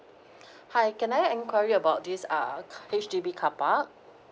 hi can I enquiry about this ah ca~ H_D_B car park